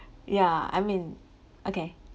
ya I mean okay